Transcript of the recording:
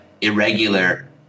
irregular